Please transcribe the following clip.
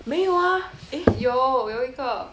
没有 ah eh